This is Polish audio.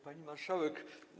Pani Marszałek!